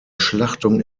schlachtung